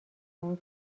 اون